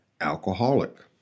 alcoholic